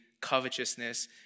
covetousness